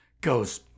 goes